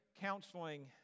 counseling